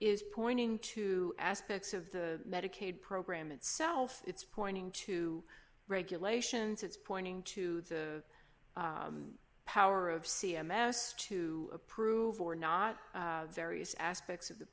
is pointing to aspects of the medicaid program itself it's pointing to regulations it's pointing to the power of c m s to approve or not various aspects of the